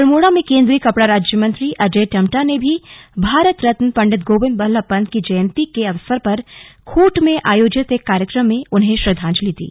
अल्मोडा में केन्द्रीय कपडा राज्यमंत्री अजय टम्टा ने भी भारत रत्न पंडित गोविन्द बल्लभ पंत की जयन्ती के अवसर पर खूट में आयोजित एक कार्यक्रम में उन्हें श्रद्वांजलि दी